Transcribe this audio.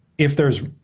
if there's,